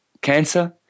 Cancer